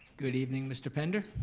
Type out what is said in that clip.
good evening mr. pender.